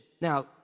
Now